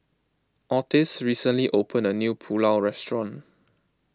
Otis recently opened a new Pulao Restaurant